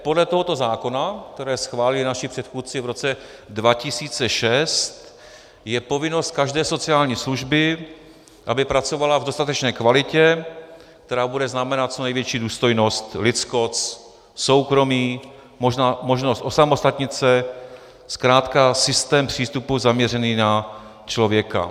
Podle tohoto zákona, který schválili naši předchůdci v roce 2006, je povinnost každé sociální služby, aby pracovala v dostatečné kvalitě, která bude znamenat co největší důstojnost, lidskost, soukromí, možnost osamostatnit se, zkrátka systém přístupu zaměřený na člověka.